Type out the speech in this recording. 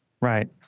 Right